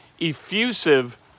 effusive